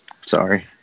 Sorry